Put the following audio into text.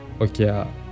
Okay